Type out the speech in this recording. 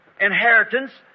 inheritance